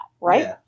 right